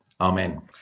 Amen